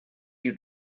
you